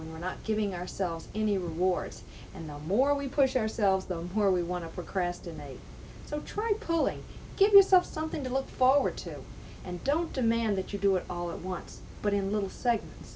when we're not giving ourselves any rewards and the more we push ourselves the more we want to procrastinate so try pulling give yourself something to look forward to and don't demand that you do it all at once but a little s